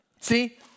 See